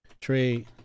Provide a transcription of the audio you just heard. trade